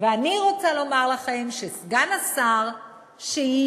ואני רוצה לומר לכם שסגן השר שיהיה